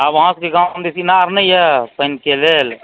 आब अहाँ सबकेँ गाँव दिस ईनार नहि यऽ पानिके लेल